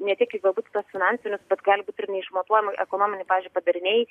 ne tik į galbūt finansinius bet gali būt ir neišmatuojamai ekonominiai pavyzdžiui padariniai